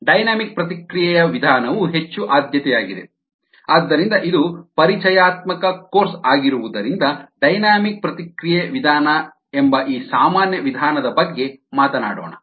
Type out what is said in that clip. dynamic ಪ್ರತಿಕ್ರಿಯೆ ವಿಧಾನವು ಹೆಚ್ಚು ಆದ್ಯತೆಯಾಗಿದೆ ಆದ್ದರಿಂದ ಇದು ಪರಿಚಯಾತ್ಮಕ ಕೋರ್ಸ್ ಆಗಿರುವುದರಿಂದ ಡೈನಾಮಿಕ್ ಪ್ರತಿಕ್ರಿಯೆ ವಿಧಾನ ಎಂಬ ಈ ಸಾಮಾನ್ಯ ವಿಧಾನದ ಬಗ್ಗೆ ಮಾತನಾಡೋಣ